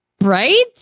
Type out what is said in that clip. right